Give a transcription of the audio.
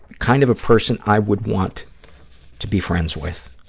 kind of a person i would want to be friends with,